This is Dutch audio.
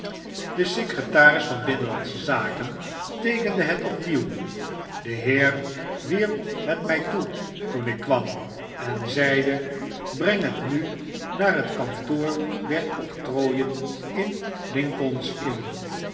de secretaris van binnenlandsche zaken teekende het opnieuw pe heer wierp het my toe toen ik kwam en zeide breng het nu naar het kantoor der octrooien in lincoln's inn